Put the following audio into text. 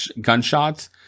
gunshots